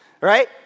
Right